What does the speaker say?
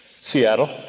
Seattle